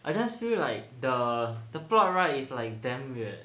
I just feel like the the plot right is like damn weird